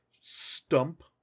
stump